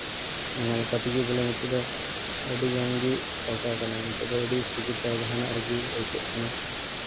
ᱚᱱᱟ ᱞᱮᱠᱟ ᱛᱮᱜᱮ ᱵᱚᱞᱮ ᱱᱤᱛᱚᱜ ᱫᱚ ᱟᱹᱰᱤ ᱜᱟᱱ ᱜᱮ ᱯᱟᱞᱴᱟᱣ ᱠᱟᱱᱟ ᱱᱤᱛᱚᱜ ᱫᱚ ᱟᱹᱰᱤ ᱥᱩᱵᱤᱫᱟ ᱡᱟᱦᱟᱱᱟᱜ ᱨᱮᱜᱮ ᱟᱹᱭᱠᱟᱹᱜ ᱠᱟᱱᱟ